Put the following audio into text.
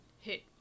hit